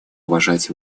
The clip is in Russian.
уважать